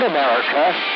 America